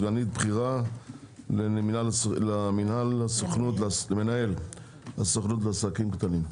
סגנית בכירה למנהל לסוכנות לעסקים קטנים.